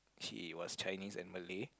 she was Chinese and Malay